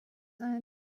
einer